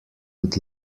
would